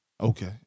Okay